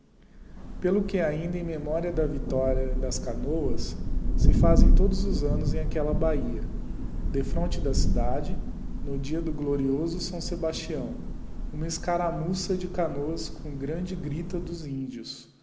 pelo que ainda em memoria da victoria ds canoas se faz todos os anos e aquela ahia efronte da cidade no dia do glorioso s sebastião uma escaramuça de canoas com grande grita dos índios